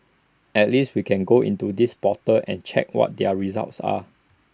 at least we can go into this portal and check what their results are